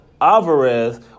Alvarez